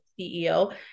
CEO